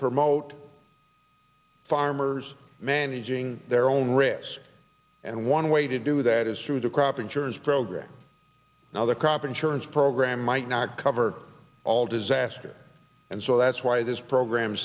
promote farmers managing their own risk and one way to do that is through the crop insurance program another crop insurance program might not cover all disasters and so that's why this program